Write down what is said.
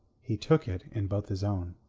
he took it in both his own.